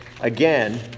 again